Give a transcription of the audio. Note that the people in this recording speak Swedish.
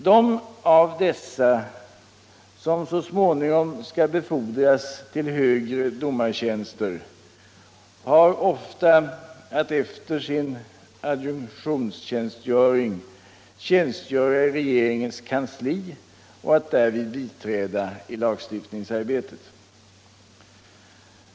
De av dessa som så småningom skall befordras till högre domartjänster har ofta att efter sin adjunktionstjänstgöring tjänstgöra i regeringens kansli och att därvid biträda i lagstiftningsarbetet.